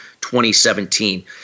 2017